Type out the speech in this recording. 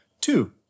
Two